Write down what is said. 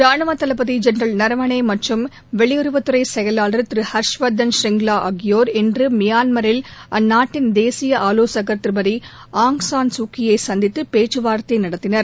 ரானுவத் தளபதி ஜென்ரல் நரவானே மற்றம் வெளியுறவுத்துறை செயலாளர் திரு ஹர்ஷ்வர்தள் ஷ்ரிங்லா ஆகியோர் இன்று மியான்மரில் அந்நாட்டின் தேசிய ஆலோசகர் திருமதி ஆய் சான் சூகியை சந்தித்து பேச்சுவார்த்தை நடத்தினர்